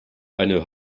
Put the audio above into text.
eine